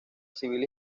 civil